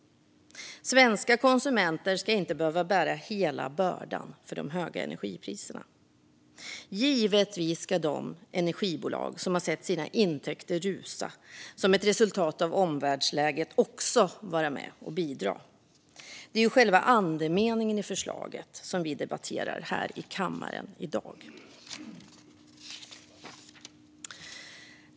Svenska konsumenter ska inte behöva bära hela bördan för de höga energipriserna. Givetvis ska de energibolag som sett sina intäkter rusa som ett resultat av omvärldsläget också vara med och bidra. Det är själva andemeningen i det förslag som vi debatterar här i kammaren i dag.